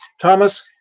Thomas